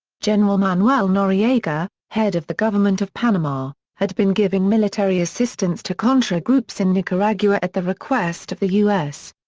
gen. manuel noriega, head of the government of panama, had been giving military assistance to contra groups in nicaragua at the request of the u s.